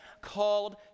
called